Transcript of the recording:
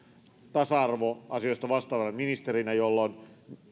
tasa arvoasioista vastaavana ministerinä jolloin